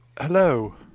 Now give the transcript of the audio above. hello